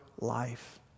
life